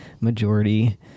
majority